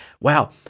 wow